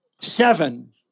seven